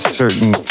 certain